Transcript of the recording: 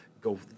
go